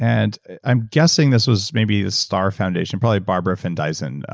and i'm guessing this was maybe a star foundation probably barbara findeisen,